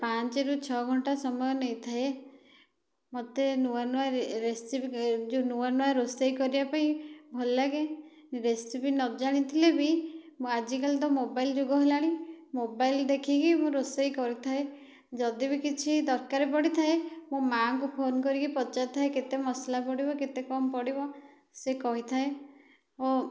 ପାଞ୍ଚରୁ ଛ ଘଣ୍ଟା ସମୟ ନେଇଥାଏ ମତେ ନୂଆ ନୂଆ ରେସିପି ଯେଉଁ ନୂଆ ନୂଆ ରୋଷେଇ କରିବା ପାଇଁ ଭଲ ଲାଗେ ରେସିପି ନ ଜାଣିଥିଲେ ବି ମୁଁ ଆଜିକାଲି ତ ମୋବାଇଲ ଯୁଗ ହେଲାଣି ମୋବାଇଲ ଦେଖିକି ମୁଁ ରୋଷେଇ କରୁଥାଏ ଯଦି ବି କିଛି ଦରକାର ପଡ଼ିଥାଏ ମୋ' ମା' ଙ୍କୁ ଫୋନ କରିକି ପଚାରିଥାଏ କେତେ ମସଲା ପଡ଼ିବ କେତେ କଣ ପଡ଼ିବ ସେ କହିଥାଏ ଓ